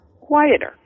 quieter